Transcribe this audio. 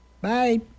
Bye